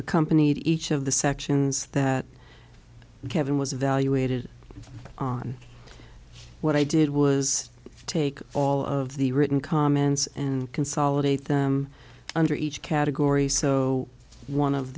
accompanied each of the sections that kevin was evaluated on what i did was take all of the written comments and consolidate them under each category so one of